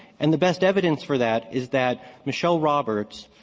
and the best evidence for that is that michelle roberts,